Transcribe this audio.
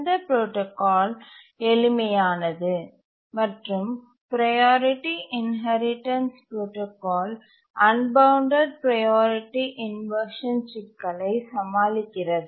இந்த புரோடாகால் எளிமையானது மற்றும் priority inheritance protocol unbounded priority inversion சிக்கலை சமாளிக்கிறது